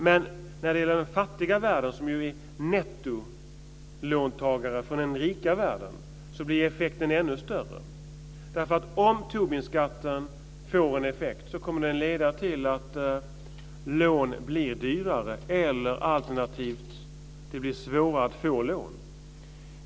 Men när det gäller den fattiga världen, som ju är nettolåntagare i förhållande till den rika världen, blir effekten ännu större. Om Tobinskatten får en effekt blir den att lån blir dyrare eller att det blir svårare att få lån.